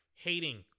Hating